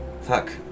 fuck